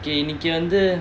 இன்னிக்கி வந்து:innikki vanthu